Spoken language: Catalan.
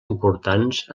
importants